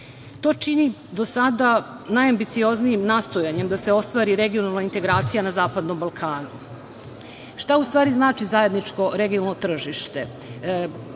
To čini do sada najambicioznijim nastojanje da se ostvari regionalna integracija na Zapadnom Balkanu“.Šta u stvari znači zajedničko regionalno tržište?